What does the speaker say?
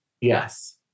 yes